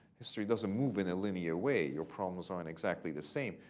history doesn't move in a linear way. your problems aren't exactly the same.